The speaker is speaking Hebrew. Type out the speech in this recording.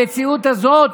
למציאות הזאת